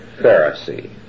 Pharisee